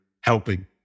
helping